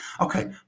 Okay